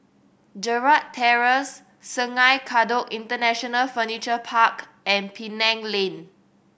Gerald Terrace Sungei Kadut International Furniture Park and Penang Lane